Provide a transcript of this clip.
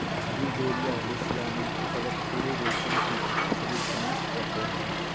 Beauveria bassiana कवक पूरे रेशमकीट शरीर के नष्ट कर दे हइ